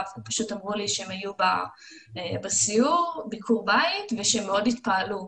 הם פשוט אמרו לי שהם היו בסיור ביקור בית ושהם מאוד התפעלו,